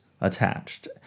attached